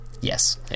yes